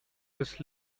this